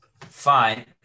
fine